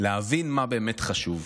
להבין מה באמת חשוב.